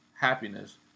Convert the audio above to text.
happiness